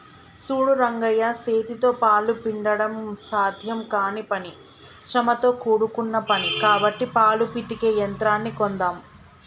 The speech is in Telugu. సూడు రంగయ్య సేతితో పాలు పిండడం సాధ్యం కానీ పని శ్రమతో కూడుకున్న పని కాబట్టి పాలు పితికే యంత్రాన్ని కొందామ్